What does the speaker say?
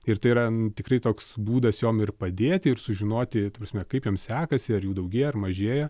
ir tai yra tikrai toks būdas jom ir padėti ir sužinoti ta prasme kaip jom sekasi ar jų daugėja ar mažėja